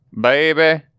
baby